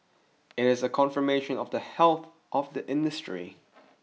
it is a confirmation of the health of the industry